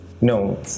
No